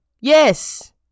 yes